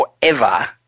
forever